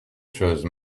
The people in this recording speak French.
choses